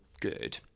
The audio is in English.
good